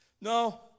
No